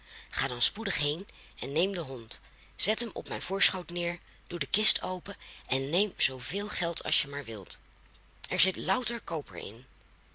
ga dan spoedig heen en neem den hond zet hem op mijn voorschoot neer doe de kist open en neem zooveel geld als je maar wilt er zit louter koper in